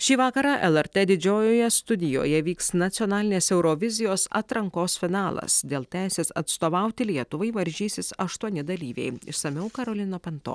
šį vakarą el er tė didžiojoje studijoje vyks nacionalinės eurovizijos atrankos finalas dėl teisės atstovauti lietuvai varžysis aštuoni dalyviai išsamiau karolina panto